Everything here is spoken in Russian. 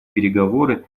переговоры